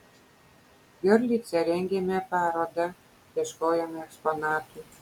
giorlice rengėme parodą ieškojome eksponatų